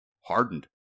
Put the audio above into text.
hardened